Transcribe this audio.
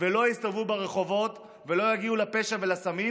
ולא יסתובבו ברחובות ולא יגיעו לפשע ולסמים.